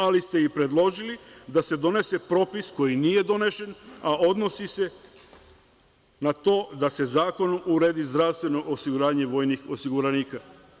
Ali, predložili ste i da se donese propis, koji nije donesen, a odnosi se na to da se zakonom uredi zdravstveno osiguranje vojnih osiguranika.